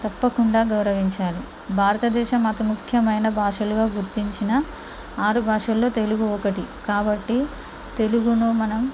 తప్పకుండా గౌరవించాలి భారత దేశం అతి ముఖ్యమైన భాషలుగా గుర్తించిన ఆరు భాషల్లో తెలుగు ఒకటి కాబట్టి తెలుగును మనం